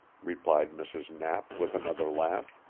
replied mrs. knapp with another laugh.